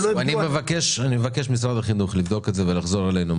מבקש ממשרד החינוך לבדוק את זה ולחזור אלינו,